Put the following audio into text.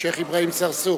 השיח' אברהים צרצור.